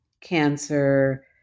cancer